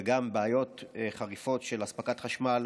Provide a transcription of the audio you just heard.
וגם בעיות חריפות של אספקת חשמל